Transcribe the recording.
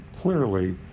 clearly